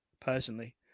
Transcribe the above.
personally